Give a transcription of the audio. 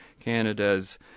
Canada's